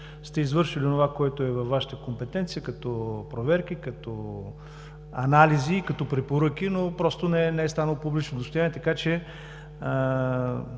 сте извършили онова, което е във Вашата компетенция като проверки, като анализи и като препоръки, но просто не е станало публично достояние.